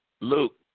Luke